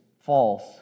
false